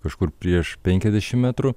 kažkur prieš penkiasdešimt metrų